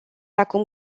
acum